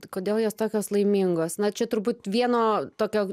kodėl jos tokios laimingos na čia turbūt vieno tokio